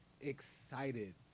excited